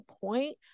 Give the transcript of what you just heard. point